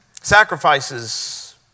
Sacrifices